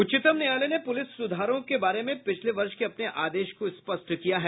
उच्चतम न्यायालय ने पुलिस सुधारों के बारे में पिछले वर्ष के अपने आदेश को स्पष्ट किया है